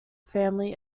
family